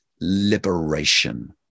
liberation